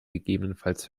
gegebenenfalls